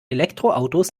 elektroautos